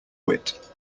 wit